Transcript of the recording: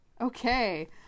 okay